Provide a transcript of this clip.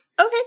Okay